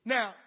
Now